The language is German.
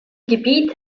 gebiet